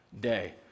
day